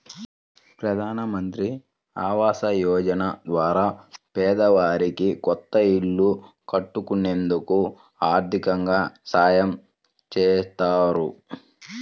ప్రధానమంత్రి ఆవాస యోజన ద్వారా పేదవారికి కొత్త ఇల్లు కట్టుకునేందుకు ఆర్దికంగా సాయం చేత్తారు